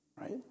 right